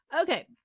Okay